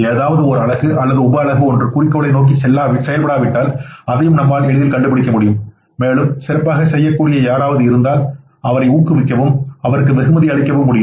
ஏதாவது ஓர் அலகு அல்லது உபஅலகு ஒன்று குறிக்கோளை நோக்கி செயல்படாவிட்டால் அதையும் நம்மால் கண்டுபிடிக்க முடியும் மேலும் சிறப்பாகச் செய்யக்கூடிய யாராவது இருந்தால் நீங்கள் அவரை ஊக்குவிக்கவும் நீங்கள் அவருக்கு வெகுமதி அளிக்கவும் முடியும்